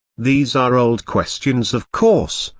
these are old questions of course,